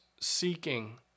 seeking